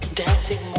dancing